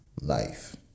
life